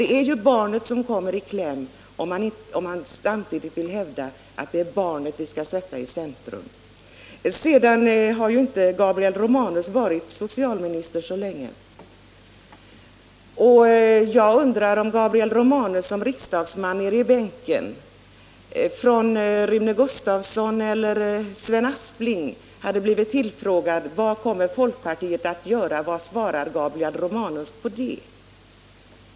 Det blir annars barnet som kommer i kläm, samtidigt som man vill hävda att det är barnet som vi skall sätta i centrum. Gabriel Romanus har vidare inte varit socialminister länge. Jag undrar vad Gabriel Romanus hade svarat, om han som riksdagsman nere i sin bänk från Rune Gustavsson eller Sven Aspling hade fått frågan vad folkpartiet kommer att göra i detta sammanhang.